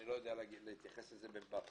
אני לא יודע להתייחס לזה בפרטים.